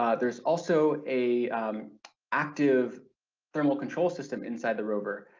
um there's also a active thermal control system inside the rover,